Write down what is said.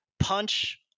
Punch